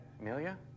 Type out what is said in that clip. Amelia